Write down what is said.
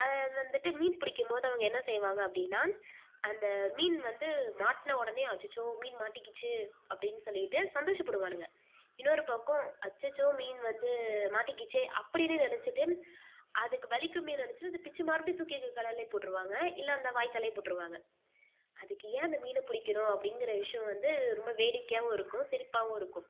அதை வந்துட்டு மீன் பிடிக்கும் போது அவங்க என்ன செய்வாங்க அப்படின்னா அந்த மீன் வந்து மாட்டின உடனே அச்சசோ மீன் மாட்டிக்கிச்சு அப்படின்னு சொல்லிட்டு சந்தோஷப்படுவானுங்க இன்னொரு பக்கம் அச்சசோ மீன் வந்து மாட்டிக்கிச்சே அப்படின்னு நினச்சிட்டு அதுக்கு வலிக்குமே நினச்சிட்டு அதை பிச்சு மறுபடி தூக்கி அதை கடலில் தூக்கி போட்டுருவாங்க இல்லை அந்த வாய்க்காலில் போட்டுருவாங்க அதுக்கு ஏன் அந்த மீனை பிடிக்கணும் அப்படிங்குற விஷ்யம் வந்து ரொம்ப வேடிக்கையாகவும் இருக்கும் சிரிப்பாகவும் இருக்கும்